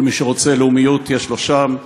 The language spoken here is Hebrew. וכל מי שרוצה לאומיות, יש לו שם.